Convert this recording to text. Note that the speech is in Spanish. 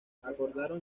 acordaron